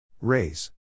Raise